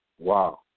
wow